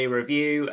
review